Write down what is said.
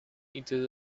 into